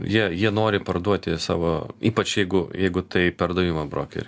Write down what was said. jie jie nori parduoti savo ypač jeigu jeigu tai pardavimo brokeriai